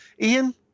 Ian